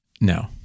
No